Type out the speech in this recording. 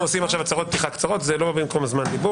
אתה קטעת אותי.